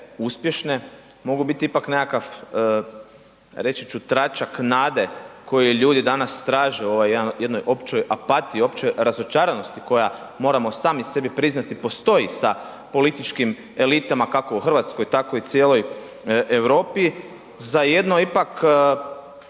uspješne mogu biti ipak nekakav, reći ću tračak nade koje ljudi danas traže u ovoj jednoj općoj apatiji, općoj razočaranosti koja moramo sami sebi priznati postoji sa političkim elitama kako u Hrvatskoj tako i u cijeloj Europi, za jedno ipak